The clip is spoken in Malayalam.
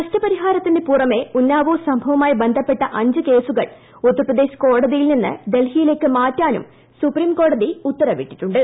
നഷ്ടപരിഹാരത്തിന് പുറമെഉന്നാവോസംഭവവുമായി ബന്ധപ്പെട്ട അഞ്ച്കേസുകൾ ഉത്തർപ്രദേശ്കോടതിയിൽ നിന്ന് ഡൽഹിയിലേക്ക് മാറ്റാനും സുപ്രീംകോടതിഉത്തരവിട്ടിട്ടുണ്ട്